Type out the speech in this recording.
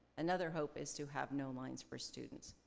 another hope is to have no lines for students.